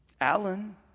Alan